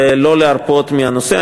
ולא להרפות מהנושא.